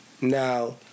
Now